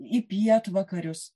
į pietvakarius